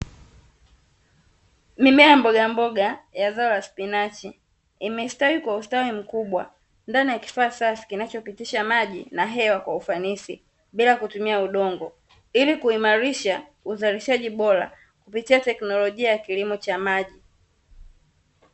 Mimea ya mbogamboga ya zao la spinachi imestawi kwa ustawi mkubwa, ndani yakifaa safi kinacho pitisha maji na hewa kwa ufanisi bila kutumia udongo, ili kuimarisha uzalishaji bora kupitia tekinolojia ya kilimo cha maji.